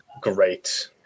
great